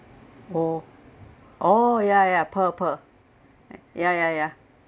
oh oh ya ya pearl